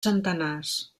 centenars